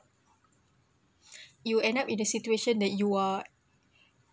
you end up in the situation that you are